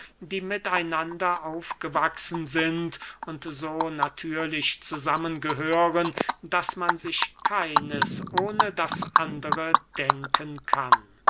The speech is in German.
die mit einander aufgewachsen sind und so natürlich zusammengehören daß man sich keines ohne das andere denken kann